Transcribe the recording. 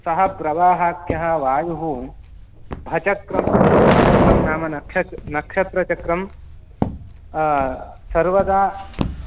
सः प्रवाहाख्यः वायुः भचक्रं भजक्रं नाम नक्ष नक्षत्रचक्रं सर्वदा